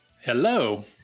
Hello